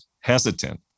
hesitant